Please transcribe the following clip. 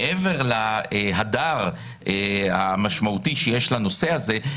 מעבר להדר המשמעותי שיש לנושא הזה,